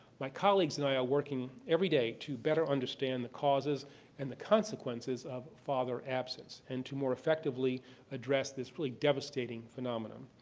my colleagues and i are working every day to better understand the causes and the consequence of father absence and to more effectively address this really devastating phenomenon.